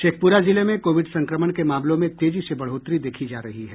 शेखपुरा जिले में कोविड संक्रमण के मामलों में तेजी से बढ़ोतरी देखी जा रही है